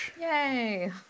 Yay